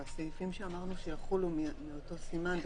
בסעיפים שאמרנו שיחולו מאותו סימן,